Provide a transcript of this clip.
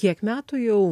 kiek metų jau